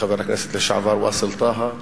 וחבר הכנסת לשעבר ואסל טאהא,